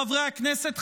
חברי הכנסת,